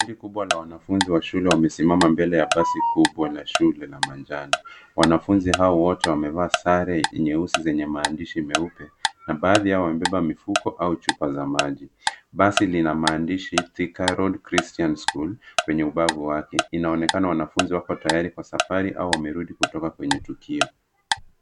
Kundi kubwa la wanafunzi wa shule wamesimama mbele ya basi kubwa la shule la manjano. Wanafunzi hao wote wamevaa sare nyeusi zenye maandishi meupe na baadhi yao wamebeba mifuko au chupa za maji. Basi lina maandishi Thika Road Christian School kwenye ubavu wake inaonekana wanafunzi wako tayari kwa safari au wamerudi kutoka kwenye tukio.